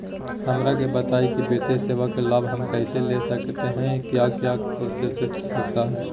हमरा के बताइए की वित्तीय सेवा का लाभ हम कैसे ले सकते हैं क्या क्या प्रोसेस हो सकता है?